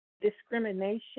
discrimination